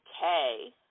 Okay